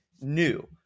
new